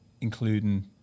including